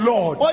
Lord